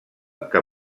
que